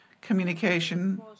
communication